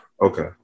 Okay